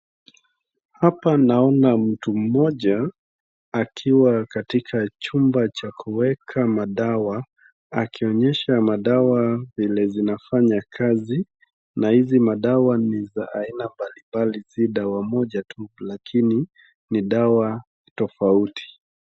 Hapa naona mtu mmoja akiwa katika chumba cha kuweka madawa, akionyesha madawa vile zinafanya kazi. Na hizi madawa ni za aina mbali mbali si dawa moja tu lakini ni dawa tofauti.